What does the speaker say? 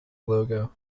logo